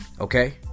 Okay